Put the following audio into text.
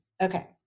Okay